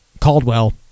Caldwell